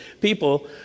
people